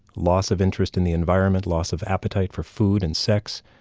loss of interest in the environment, loss of appetite for food and sex,